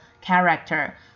character